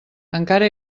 encara